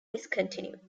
discontinued